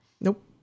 Nope